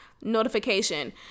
notification